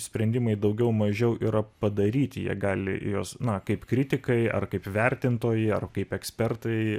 sprendimai daugiau mažiau yra padaryti jie gali juos na kaip kritikai ar kaip vertintojai ar kaip ekspertai